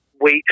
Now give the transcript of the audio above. wait